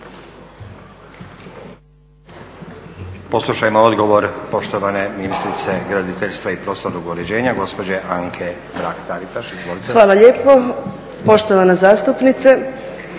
Hvala lijepa poštovana zastupnice